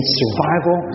survival